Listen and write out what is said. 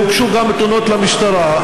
הוגשו גם תלונות למשטרה.